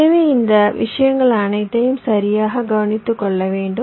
எனவே இந்த விஷயங்கள் அனைத்தையும் சரியாக கவனித்துக் கொள்ள வேண்டும்